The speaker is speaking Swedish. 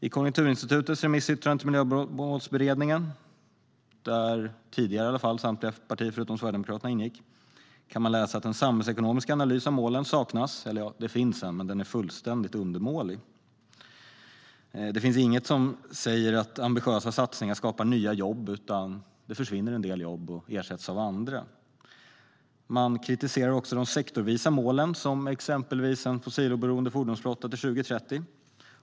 I Konjunkturinstitutets remissyttrande till Miljömålsberedningen, där åtminstone tidigare samtliga partier förutom Sverigedemokraterna ingick, kan man läsa att en samhällsekonomisk analys av målen saknas - ja, det finns en, men den är fullständigt undermålig - och att det inte finns något som säger att ambitiösa satsningar skapar nya jobb. En del jobb försvinner och ersätts av andra. Konjunkturinstitutet kritiserar också de sektorsvisa målen, exempelvis en fossiloberoende fordonsflotta till 2030.